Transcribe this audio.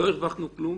לא הרווחנו כלום.